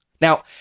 Now